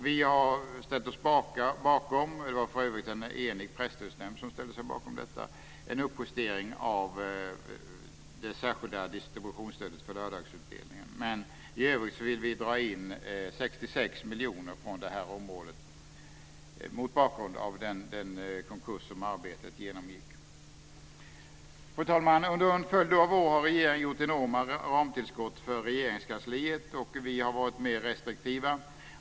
Vi och en enig presstödsnämnd har ställt oss bakom en uppjustering av det särskilda distributionsstödet för lördagsutdelning. Men i övrigt vill vi mot bakgrund av Arbetets konkurs dra in 66 miljoner från detta område. Fru talman! Under en följd av år har regeringen gjort enorma ramtillskott för Regeringskansliet. Kristdemokraterna har varit mer restriktiva.